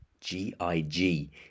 G-I-G